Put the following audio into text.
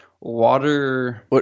Water